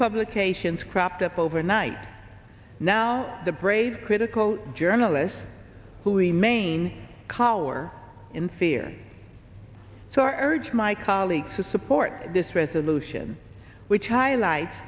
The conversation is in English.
publications cropped up overnight now the brave critical journalists who emain choler in fear so i urge my colleagues to support this resolution which highlights